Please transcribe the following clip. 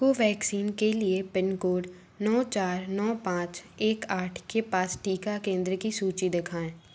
Covaxin के लिए pin code नौ चार नौ पाँच एक आठ के पास टीका केंद्र की सूची दिखाएँ